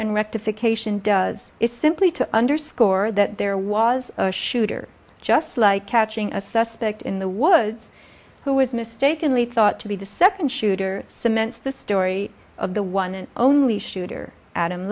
rectification does is simply to underscore that there was a shooter just like catching a suspect in the woods who was mistakenly thought to be the second shooter cements the story of the one and only shooter adam